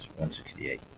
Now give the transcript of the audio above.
168